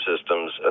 systems